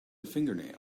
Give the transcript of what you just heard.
fingernail